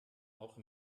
auch